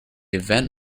event